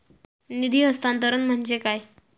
निधी हस्तांतरण म्हणजे काय?